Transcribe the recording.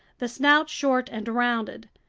the snout short and rounded,